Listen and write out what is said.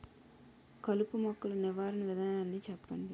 కలుపు మొక్కలు నివారణ విధానాన్ని చెప్పండి?